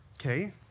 Okay